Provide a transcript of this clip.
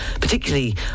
particularly